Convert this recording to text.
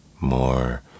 More